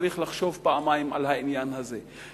צריך לחשוב פעמיים על העניין הזה.